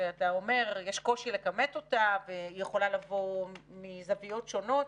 שאתה אומר שיש קושי לכמת אותה והיא יכולה לבוא מזוויות שונות,